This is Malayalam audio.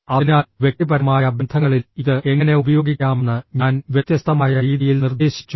അതിനാൽ വ്യക്തിപരമായ ബന്ധങ്ങളിൽ ഇത് എങ്ങനെ ഉപയോഗിക്കാമെന്ന് ഞാൻ വ്യത്യസ്തമായ രീതിയിൽ നിർദ്ദേശിച്ചു